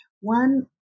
One